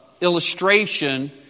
illustration